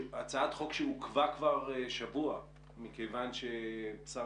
הצעת חוק שעוכבה כבר שבוע מכיוון ששר